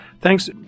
thanks